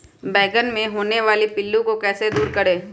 बैंगन मे होने वाले पिल्लू को कैसे दूर करें?